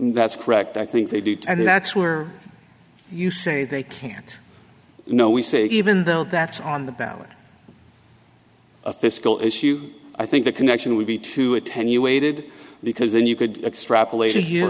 that's correct i think they do and that's where you say they can't you know we say even though that's on the ballot a fiscal issue i think the connection would be to attenuated because then you could extrapolate here